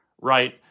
right